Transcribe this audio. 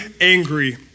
angry